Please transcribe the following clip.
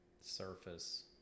surface